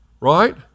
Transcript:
Right